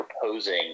proposing